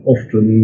Often